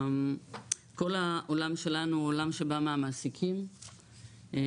כל העולם שלנו ה וא עולם שבא מהמעסיקים ואני